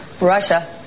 Russia